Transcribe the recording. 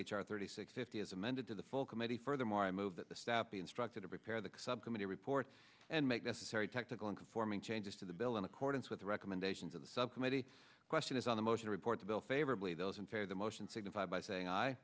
r thirty six fifty as amended to the full committee furthermore i move that the staff be instructed to prepare the subcommittee report and make necessary technical and conforming changes to the bill in accordance with the recommendations of the subcommittee question is on the motion reports a bill favorably those unfair the motion signify by saying i